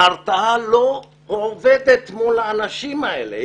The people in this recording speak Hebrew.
ההרתעה לא עובדת מול האנשים האלה,